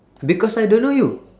because I don't know you